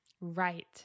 Right